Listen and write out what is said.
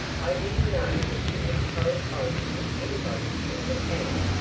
i didn't know that she was corresponding with anybody in the town.